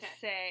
say